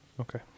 Okay